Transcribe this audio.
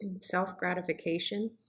self-gratification